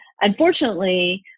unfortunately